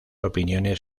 opiniones